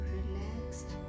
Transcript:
relaxed